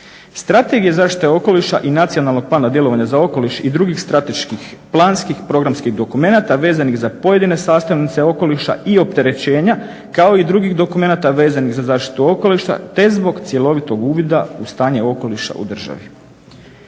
Strategija zaštite okoliša i Nacionalnog plana djelovanja za okoliš i drugih strateških planskih programskih dokumenata vezanih za pojedine sastavnice okoliša i opterećenja kao i drugih dokumenata vezanih za zaštitu okoliša te zbog cjelovitog uvida u stanje okoliša u državi.